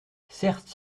certes